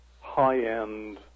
high-end